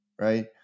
right